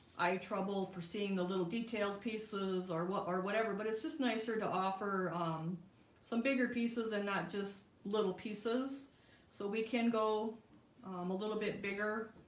eye trouble for seeing the little detailed pieces or what or whatever but it's just nicer to offer. um some bigger pieces and not just little pieces so we can go um a little bit bigger